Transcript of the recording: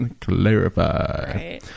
Clarify